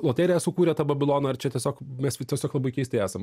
loterija sukūrė tą babiloną ar čia tiesiog mes tiesiog labai keistai esam